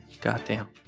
Goddamn